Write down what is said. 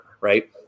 right